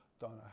Donna